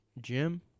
Jim